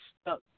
stuck